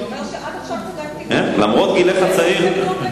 זה אומר שעד עכשיו, למרות גילך הצעיר.